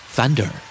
Thunder